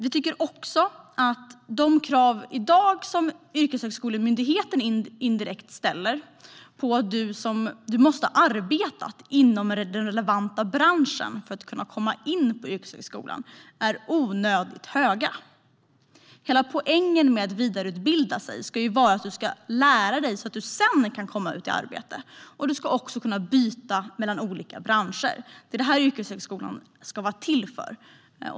Vi tycker också att de krav som Myndigheten för yrkeshögskolan ställer på att man måste ha arbetat inom den relevanta branschen för att kunna komma in på yrkeshögskolan är onödigt höga. Hela poängen med att vidareutbilda sig är att man ska lära sig så att man sedan kan komma ut i arbete. Man ska också kunna byta mellan olika branscher. Det är detta yrkeshögskolan är till för.